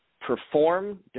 perform